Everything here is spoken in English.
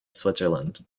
switzerland